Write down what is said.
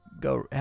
go